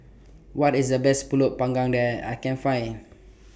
What IS The Best Pulut Panggang I Can Find